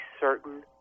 certain